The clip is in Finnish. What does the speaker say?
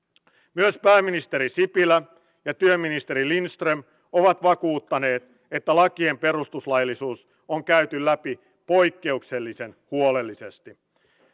myös pääministeri sipilä ja työministeri lindström ovat vakuuttaneet että lakien perustuslaillisuus on käyty läpi poikkeuksellisen huolellisesti